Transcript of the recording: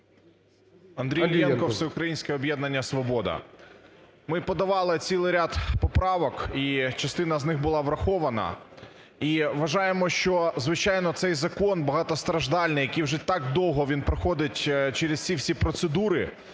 Андрій Іллєнко, Всеукраїнське об'єднання "Свобода". Ми подавали цілий ряд поправок і частина з них була врахована. І вважаємо, що, звичайно, цей закон багатостраждальний, який вже так довго він проходить через ці всі процедури